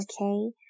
okay